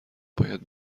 باید